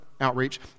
outreach